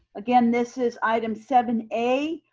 again, this is item seven a,